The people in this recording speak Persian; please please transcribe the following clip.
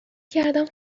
کردم